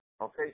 okay